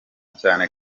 cyane